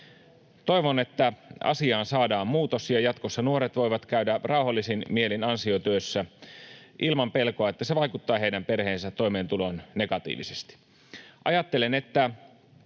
Toivon, että asiaan saadaan muutos ja jatkossa nuoret voivat käydä rauhallisin mielin ansiotyössä ilman pelkoa, että se vaikuttaa heidän perheidensä toimeentuloon negatiivisesti.